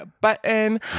button